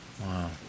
Wow